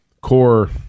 core